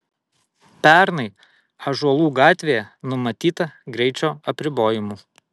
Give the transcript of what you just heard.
pernai ąžuolų gatvėje numatyta greičio apribojimų